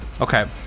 Okay